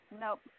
Nope